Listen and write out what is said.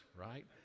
right